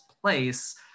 place